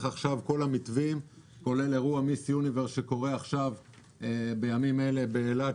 כל המתווים וכולל אירוע "מיס יוניברס" בימים אלה באילת.